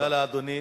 תודה לאדוני.